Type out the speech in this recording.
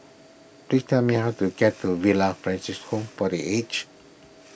please tell me how to get to Villa Francis Home for the Aged